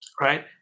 right